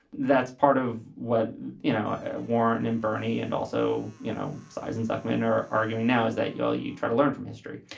that's part of what you know ah warren and bernie and also you know sighs and zuckerman are arguing now is that you while you try to learn from history